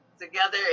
together